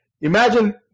Imagine